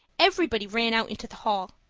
everybody ran out into the hall.